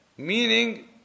Meaning